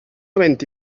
havent